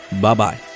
Bye-bye